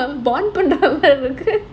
இருக்கு:irukku